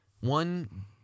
One